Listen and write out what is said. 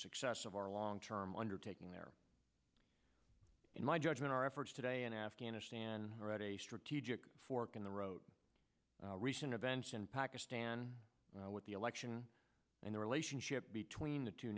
success of our long term undertaking there in my judgment our efforts today in afghanistan are at a strategic fork in the road recent events in pakistan with the election and the relationship between the two